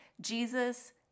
Jesus